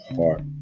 heart